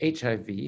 hiv